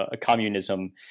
communism